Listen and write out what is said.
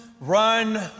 run